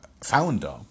founder